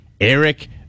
Eric